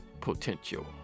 potential